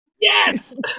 Yes